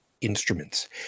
instruments